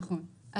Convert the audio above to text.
כן, נכון.